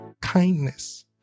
kindness